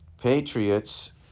Patriots